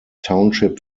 township